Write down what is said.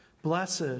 Blessed